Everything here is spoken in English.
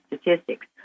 statistics